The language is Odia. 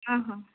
ହଁ ହଁ